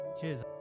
Cheers